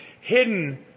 hidden